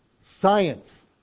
science